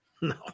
No